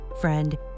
Friend